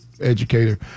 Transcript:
Educator